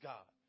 God